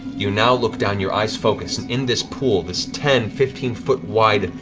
you now look down, your eyes focus, and in this pool, this ten, fifteen foot wide